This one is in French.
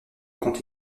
compte